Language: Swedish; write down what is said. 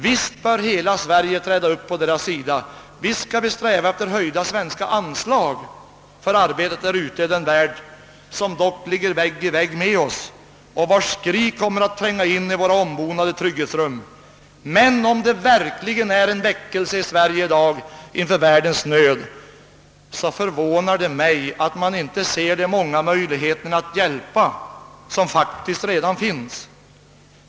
Visst bör hela Sverige ställa upp på deras sida, visst skall vi sträva efter höjda svenska anslag för arbetet i den värld som dock ligger vägg i vägg med vår och vars skri kommer att tränga in i våra ombonade trygghetsrum, men om det verkligen pågår en väckelse i Sverige inför världens nöd förvånar det mig att man inte ser de möjligheter att hjälpa som faktiskt redan finns.